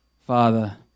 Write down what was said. Father